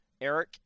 Eric